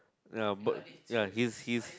ya but ya his his